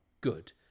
good